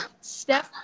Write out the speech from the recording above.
step